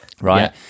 right